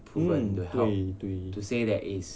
hmm 对对